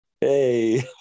Hey